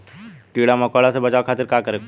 कीड़ा मकोड़ा से बचावे खातिर का करे के पड़ी?